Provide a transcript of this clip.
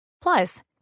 Plus